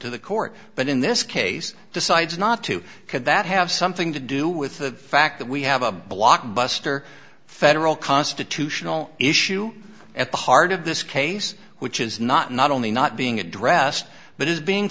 to the court but in this case decides not to could that have something to do with the fact that we have a blockbuster federal constitutional issue at the heart of this case which is not not only not being addressed but is being